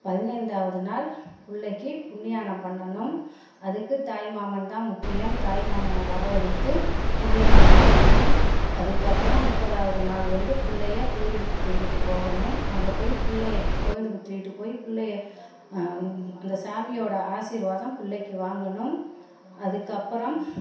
பதினைந்தாவது நாள் பிள்ளைக்கி புண்ணியானம் பண்ணணும் அதுக்குத் தாய்மாமன் தான் முக்கியம் தாய்மாமனை வரவழைத்து புண்ணியானம் பண்ணணும் அதுக்கு அப்புறம் முப்பதாவது நாள் வந்து பிள்ளைய கோயிலுக்குத் தூக்கிட்டு போகணும் அங்கே போய் பிள்ளைய கோயிலுக்குத் தூக்கிட்டு போய் பிள்ளைய அந்த சாமியோட ஆசீர்வாதம் பிள்ளைக்கி வாங்கணும் அதுக்கு அப்புறம்